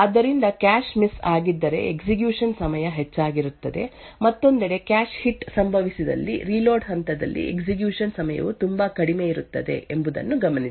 ಆದ್ದರಿಂದ cache miss ಆಗಿದ್ದರೆ execution ಸಮಯ ಹೆಚ್ಚಾಗಿರುತ್ತದೆ ಮತ್ತೊಂದೆಡೆ ಕ್ಯಾಶ್ ಹಿಟ್ ಸಂಭವಿಸಿದಲ್ಲಿ ರೀಲೋಡ್ ಹಂತದಲ್ಲಿ ಎಕ್ಸಿಕ್ಯೂಶನ್ ಸಮಯವು ತುಂಬಾ ಕಡಿಮೆಯಿರುತ್ತದೆ ಎಂಬುದನ್ನು ಗಮನಿಸಿ